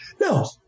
no